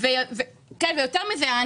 יותר מזה,